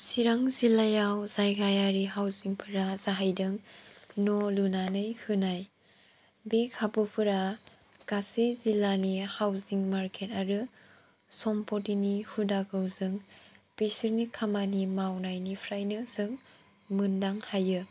चिरां जिल्लायाव जायगायारि हावजिंफ्रा जाहैदों न' लुनानै होनाय बे खाबुफोरा गासै जिल्लानि हावजिं मारकेट आरो सम्फथिनि हुदाखौ जों बिसोरनि खामानि मावनायनिफ्रायनो जों मोनदां हायो